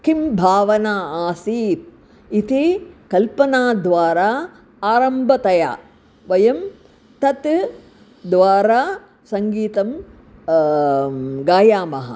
किं भावना आसीत् इति कल्पनाद्वारा आरम्भतया वयं तत् द्वारा सङ्गीतं गायामः